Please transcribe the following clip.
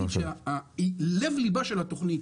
אני רק רוצה להגיד שלב ליבה של התוכנית,